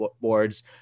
boards